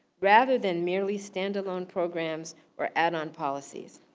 rather than merely standalone programs, or add-on policies.